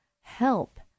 help